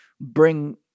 bring